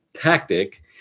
tactic